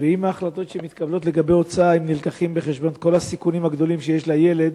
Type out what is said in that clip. האם בהחלטות שמתקבלות לגבי ההוצאה מובאים בחשבון כל הסיכונים שיש לילד,